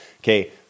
Okay